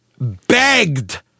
begged